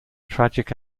tragic